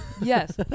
Yes